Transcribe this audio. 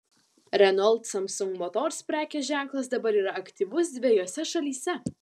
renault samsung motors prekės ženklas dabar yra aktyvus dvejose šalyse